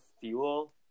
fuel